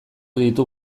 ditut